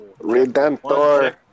Redemptor